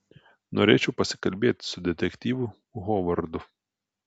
norėčiau pasikalbėti su detektyvu hovardu